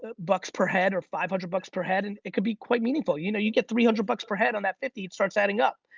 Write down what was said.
but bucks per head or five hundred bucks per head and it could be quite meaningful. you know you get three hundred bucks per head on that fifty it starts adding up.